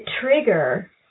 trigger